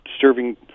serving